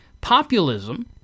populism